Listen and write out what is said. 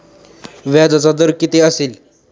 व्याजाचा दर किती असेल?